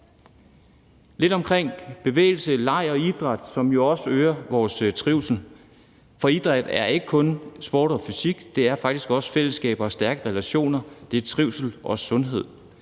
lidt omkring bevægelse, leg og idræt, som jo også øger vores trivsel, for idræt er ikke kun sport og fysik; det er faktisk også fællesskab og stærke relationer, det er trivsel og sundhed.